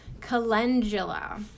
calendula